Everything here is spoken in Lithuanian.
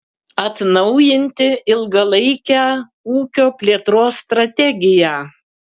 atnaujinti ilgalaikę ūkio plėtros strategiją